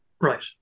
Right